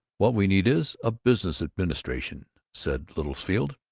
what we need is a business administration! said littlefield.